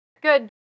Good